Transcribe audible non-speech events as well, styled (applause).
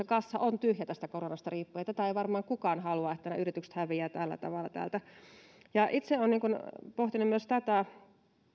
(unintelligible) kassa on tyhjä tästä koronasta johtuen tätä ei varmaan kukaan halua että nämä yritykset häviävät tällä tavalla täältä itse olen pohtinut myös tätä